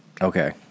Okay